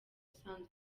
usanzwe